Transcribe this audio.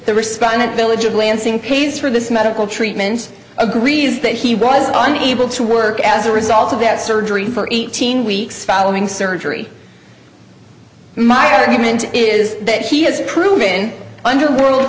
the respondent village of lansing pays for this medical treatment agrees that he was unable to work as a result of that surgery for eighteen weeks following surgery my argument is that he has crewmen underworld